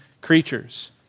creatures